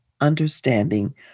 understanding